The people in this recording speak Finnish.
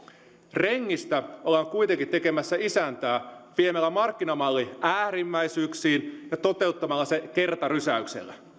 rengistä ollaan kuitenkin tekemässä isäntää viemällä markkinamalli äärimmäisyyksiin ja toteuttamalla se kertarysäyksellä